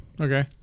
Okay